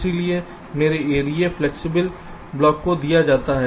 इसलिए मेरे area flexible block को दिया जाता है